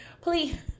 Please